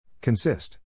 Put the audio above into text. Consist